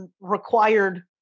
required